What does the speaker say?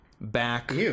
back